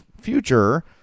future